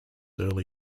early